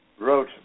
wrote